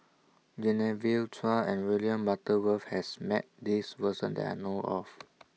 Genevieve Chua and William Butterworth has Met This Person that I know of